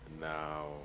Now